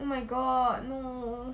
oh my god no